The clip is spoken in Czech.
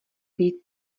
být